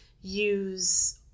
use